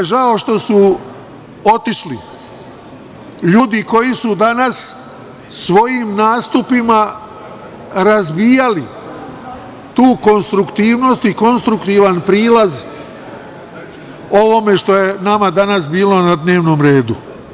Meni je žao što su otišli ljudi koji su danas svojim nastupima razbijali tu konstruktivnost i konstruktivan prilaz ovome što je nama danas bilo na dnevnom redu.